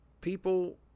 people